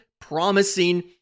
promising